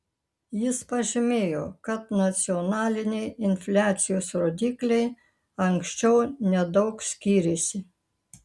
jis pažymėjo kad nacionaliniai infliacijos rodikliai anksčiau nedaug skyrėsi